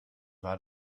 war